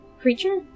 creature